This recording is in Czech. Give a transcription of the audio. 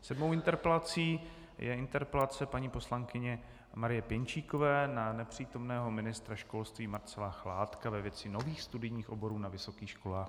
Sedmou interpelací je interpelace paní poslankyně Marie Pěnčíkové na nepřítomného ministra školství Marcela Chládka ve věci nových studijních oborů na vysokých školách.